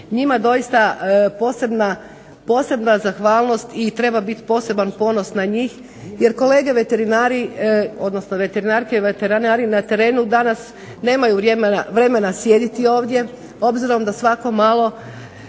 Njima doista posebna zahvalnosti i treba biti posebno ponos na njih jer kolege veterinari i veterinarke na terenu danas nemaju vremena sjediti ovdJe obzirom da svako malo